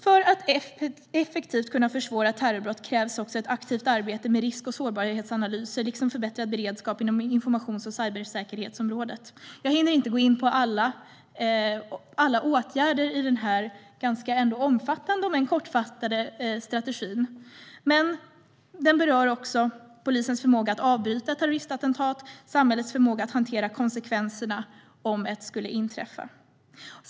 För att effektivt kunna försvåra terrorbrott krävs också ett aktivt arbete med risk och sårbarhetsanalyser liksom en förbättrad beredskap inom informations och cybersäkerhetsområdet. Jag hinner inte gå in på alla åtgärder i den här ganska omfattande om än kortfattade strategin, men den berör också polisens förmåga att avbryta terroristattentat och samhällets förmåga att hantera konsekvenserna om ett attentat skulle inträffa.